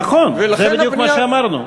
נכון, זה בדיוק מה שאמרנו.